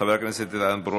חבר הכנסת איתן ברושי,